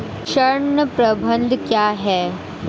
ऋण प्रबंधन क्या है?